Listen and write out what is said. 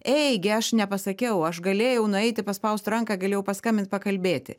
ei gi aš nepasakiau aš galėjau nueiti paspaust ranką galėjau paskambint pakalbėti